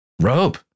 rope